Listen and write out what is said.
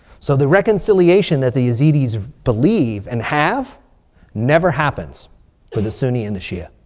so the reconciliation that the yazidis believe and have never happens to the sunni and the shi'a.